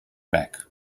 back